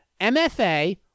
MFA